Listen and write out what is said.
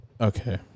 okay